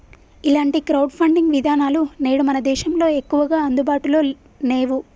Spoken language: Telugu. ఇలాంటి క్రౌడ్ ఫండింగ్ విధానాలు నేడు మన దేశంలో ఎక్కువగా అందుబాటులో నేవు